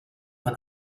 man